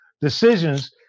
decisions